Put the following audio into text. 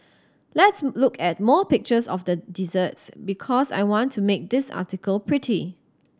let's look at more pictures of the desserts because I want to make this article pretty